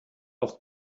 auch